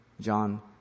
John